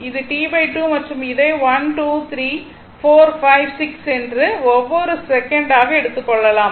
இது T2 மற்றும் இதை 1 2 3 4 5 6 என்று ஒவ்வொரு செகண்ட் ஆக எடுத்துக் கொள்ளலாம்